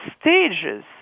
stages